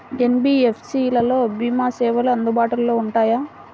NBFC లలో భీమా సేవలు అందుబాటులో ఉంటాయా?